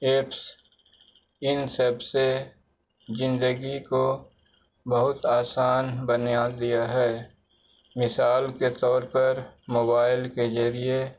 apps ان سب سے زندگی کو بہت آسان بنایا دیا ہے مثال کے طور پر موبائل کے ذریعے